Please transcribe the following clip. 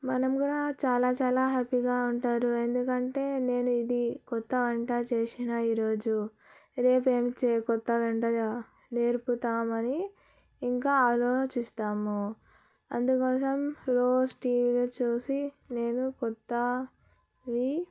మనం కూడా చాలా చాలా హ్యాపీగా ఉంటారు ఎందుకంటే నేను ఇది కొత్త వంట చేసిన ఈరోజు రేపు ఏం చేయి పోతానంటే నేర్పుతామని ఇంకా ఆలోచిస్తాము అందుకోసం రోజు టీవీలో చూసి నేను కొత్తవి